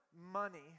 money